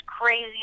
crazy